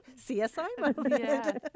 CSI